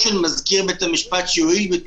הסרבול של מערכת בתי הדין מפלה לרעה את בתי הדין.